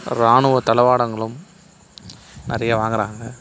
ராணுவ தளவாடங்களும் நிறைய வாங்குகிறாங்க